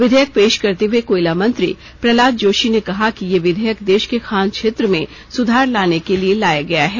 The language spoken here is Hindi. विधेयक पेश करते हुए कोयला मंत्री प्रहलाद जोशी ने कहा कि ये विधेयक देश के खान क्षेत्र में सुधार लाने के लिए लाया गया है